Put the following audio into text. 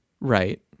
right